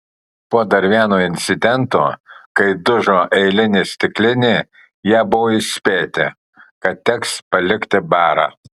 po dar vieno incidento kai dužo eilinė stiklinė jie buvo įspėti kad teks palikti barą